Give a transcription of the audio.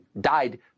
died